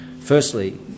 firstly